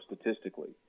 statistically